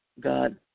God